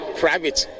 private